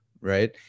Right